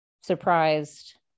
surprised